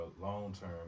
long-term